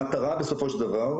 המטרה בסופו של דבר,